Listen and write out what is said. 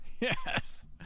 Yes